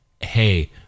hey